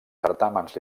certàmens